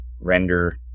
Render